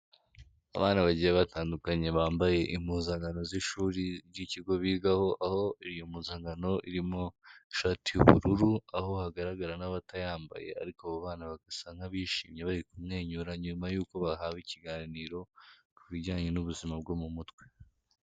Abana bagiye batandukanye bambaye impuzankano z'ishuri ry'ikigo bigaho, aho iyo mupuzangano irimo ishati y'ubururu aho hagaragara n'abatayambaye ariko abo bana bagasa nk'abishimye bari kumwenyura, nyuma yuko bahawe ikiganiro ku bijyanye n'ubuzima bwo mu mutwe.